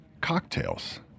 cocktails